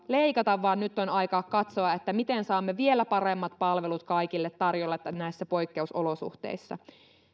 leikata vaan nyt on aika katsoa miten saamme vielä paremmat palvelut kaikille tarjolle näissä poikkeusolosuhteissa